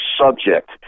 subject